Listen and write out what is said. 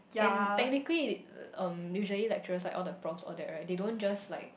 and technically um usually lecturers like all the profs all that right they don't just like